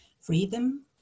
Freedom